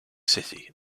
city